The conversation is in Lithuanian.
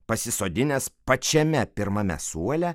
pasisodinęs pačiame pirmame suole